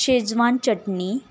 Schezwan चटणी